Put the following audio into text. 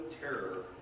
terror